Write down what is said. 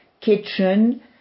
Kitchen